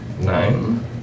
Nine